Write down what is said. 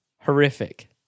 horrific